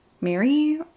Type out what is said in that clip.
Mary